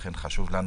לכן חשוב לנו